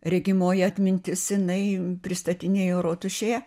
regimoji atmintis jinai pristatinėjo rotušėje